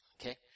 Okay